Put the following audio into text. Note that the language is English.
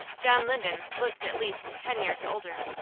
john linden looked at least ten years older,